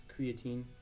creatine